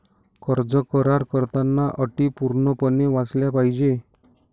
कर्ज करार करताना अटी पूर्णपणे वाचल्या पाहिजे